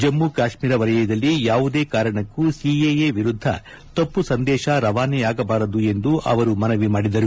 ಜಮ್ಮು ಕಾಶ್ನೀರ ವಲಯದಲ್ಲಿ ಯಾವುದೇ ಕಾರಣಕ್ಕೂ ಸಿಎಎ ವಿರುದ್ದ ತಪ್ಪು ಸಂದೇಶ ರವಾನೆಯಾಗಬಾರದು ಎಂದು ಅವರು ಮನವಿ ಮಾಡಿದರು